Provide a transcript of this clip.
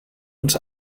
uns